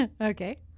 Okay